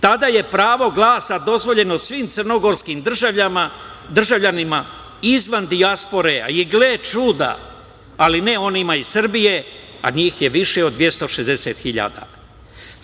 Tada je pravo glasa dozvoljeno svim crnogorskim državljanima izvan dijaspore i, gle čuda, ali ne onima iz Srbije, a njih je više od 260.000.